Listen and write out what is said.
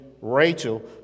Rachel